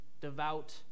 devout